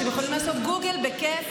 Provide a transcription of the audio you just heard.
אתם יכולים לעשות גוגל בכיף,